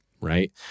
right